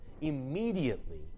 Immediately